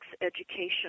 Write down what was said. education